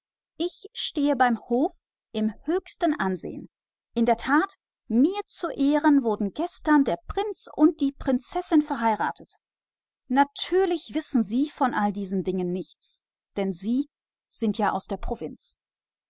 ich sehr beliebt bin mir zu ehren wurden gestern der prinz und die prinzessin verheiratet natürlich wissen sie von all dem nichts denn sie sind vom